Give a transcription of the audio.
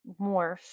morph